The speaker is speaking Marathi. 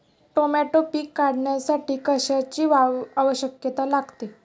टोमॅटो पीक काढण्यासाठी कशाची आवश्यकता लागते?